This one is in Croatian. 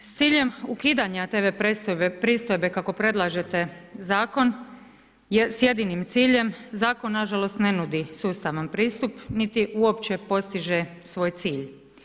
S ciljem ukidanja TV pristojbe kako predlaže taj zakon s jedinim ciljem, zakon nažalost ne nudi sustavno pristup, niti uopće postiže svoj cilj.